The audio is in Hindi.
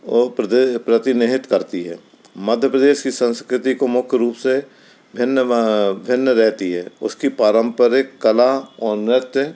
प्रतिनिधित्व करती है मध्य प्रदेश की संस्कृति को मुख्य रूप से भिन्न भिन्न रहती है उसकी पारम्परिक कला और नृत्य